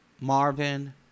Marvin